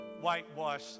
whitewash